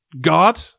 God